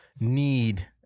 need